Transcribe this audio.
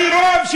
אני רוב.